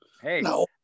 hey